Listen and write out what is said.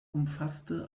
umfasste